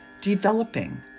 developing